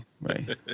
right